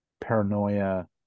paranoia